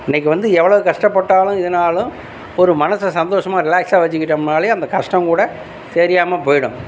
இன்றைக்கு வந்து எவ்வளோ கஷ்டப்பட்டாலும் இதுனாலும் ஒரு மனசை சந்தோஷமா ரிலாக்ஸாக வச்சுகிட்டோம்னாலே அந்த கஷ்டம் கூட தெரியாமல் போய்விடும்